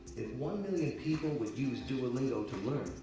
if one million people would use duolingo to learn,